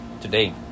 today